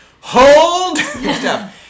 Hold